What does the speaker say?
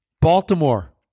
Baltimore